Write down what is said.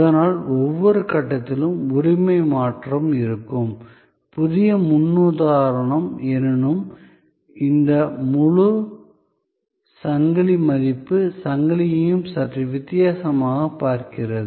ஆனால் ஒவ்வொரு கட்டத்திலும் உரிமை மாற்றம் இருக்கும் புதிய முன்னுதாரணம் எனினும் இந்த முழுச் சங்கிலி மதிப்புச் சங்கிலியையும் சற்று வித்தியாசமாகப் பார்க்கிறது